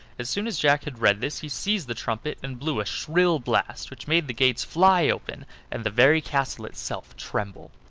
as soon as jack had read this he seized the trumpet and blew a shrill blast, which made the gates fly open and the very castle itself tremble.